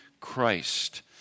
Christ